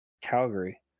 Calgary